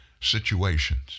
situations